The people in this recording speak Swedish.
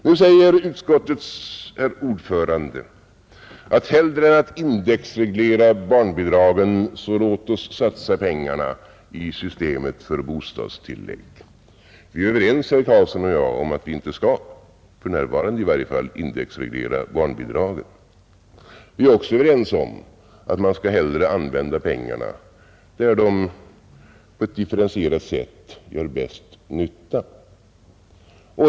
Nu säger utskottets ordförande att hellre än att indexreglera barnbidragen, så låt oss satsa pengarna i systemet för bostadstillägg. Vi är överens, herr Karlsson i Huskvarna och jag, om att vi i varje fall inte för närvarande skall indexreglera barnbidragen. Vi är också överens om att man hellre skall använda pengarna där de på ett differentierat sätt gör bäst nytta.